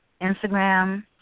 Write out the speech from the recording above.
Instagram